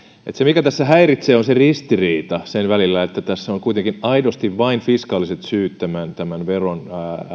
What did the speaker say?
se mikä tässä häiritsee on se ristiriita siinä että tässä on kuitenkin aidosti vain fiskaaliset syyt tämän tämän veron